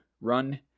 run